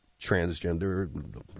transgender